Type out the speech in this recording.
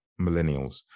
millennials